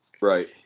Right